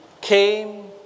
came